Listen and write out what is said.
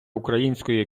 української